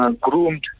groomed